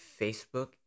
Facebook